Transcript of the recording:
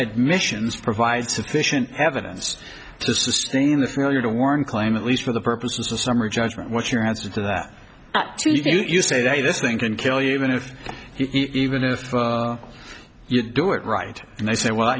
admissions provide sufficient evidence to sustain the failure to warrant claim at least for the purposes of summary judgment what your answer to that you say this thing can kill you even if even if you do it right and they say well